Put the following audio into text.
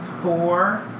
four